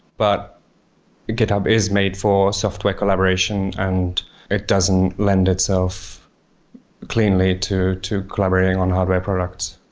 but github is made for software collaboration and it doesn't lend itself cleanly to to collaborating on hardware products.